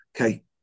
Okay